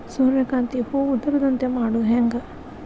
ಸೂರ್ಯಕಾಂತಿ ಹೂವ ಉದರದಂತೆ ಮಾಡುದ ಹೆಂಗ್?